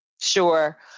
Sure